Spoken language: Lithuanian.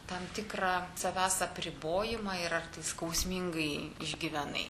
tam tikra savęs apribojimą ir ar skausmingai išgyvenai